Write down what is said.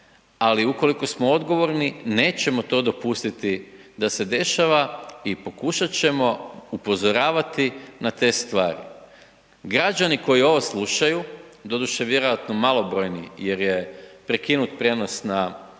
ali ukoliko smo odgovorni, nećemo to dopustiti da se dešava i pokušati ćemo upozoravati na te stvari. Građani koji ovo slušaju, doduše vjerojatno malobrojni, jer je prekinut prijenos na HRT-u